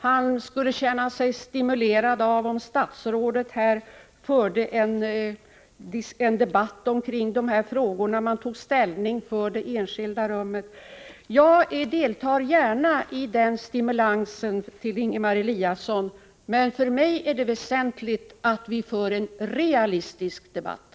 Han skulle känna sig stimulerad om statsrådet här förde en debatt om de här frågorna, om man tog ställning för det enskilda rummet. Jag deltar gärna i den stimulansen till Ingemar Eliasson, men för mig är det väsentligt att vi för en realistisk debatt.